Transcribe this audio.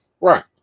Right